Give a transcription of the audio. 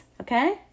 okay